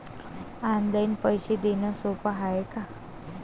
Online पैसे देण सोप हाय का?